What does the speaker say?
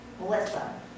Melissa